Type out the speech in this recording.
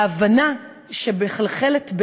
ההבנה שמחלחלת,